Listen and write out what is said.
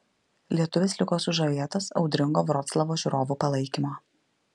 lietuvis liko sužavėtas audringo vroclavo žiūrovų palaikymo